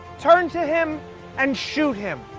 turn to him and shoot him,